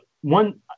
one